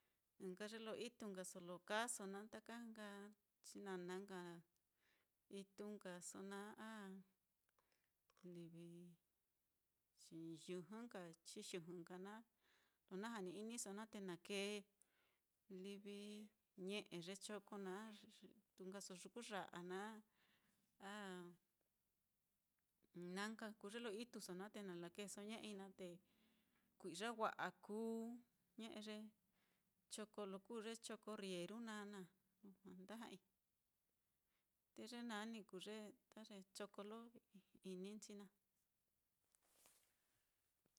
Ɨ́ɨ́n nka ye lo ituso lo kaaso naá, taka nka chinana nka ituu nkaso naá a livi yɨjɨ nka chiyɨjɨ naá, lo na jani-iniso naá te na kee livi ñe'e ye choko naá, ituu nkaso yukuya'a naá a na nka kuu ye lo ituso naá, te na lakeeso ñe'ei naá, te kui'ya wa'a kuu ñe'e ye choko lo kuu ye choko rrieru naá, lujua nda ja'ai, te ye nani nka kuu ye choko lo ini nchi naá.